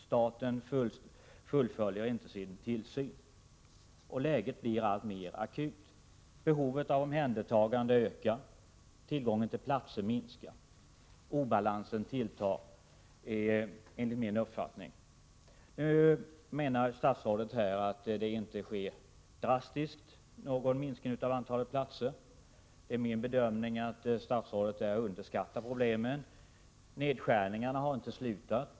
Staten fullföljer inte sin tillsynsuppgift. Läget blir alltmer akut. Behovet av omhändertagande ökar. Tillgången till platser minskar. Obalansen tilltar enligt min uppfattning. Nu menar statsrådet att det inte sker någon drastisk minskning av antalet platser. Det är min bedömning att statsrådet underskattar problemet. Nedskärningarna har inte slutat.